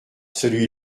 celui